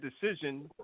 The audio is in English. decision